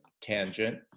tangent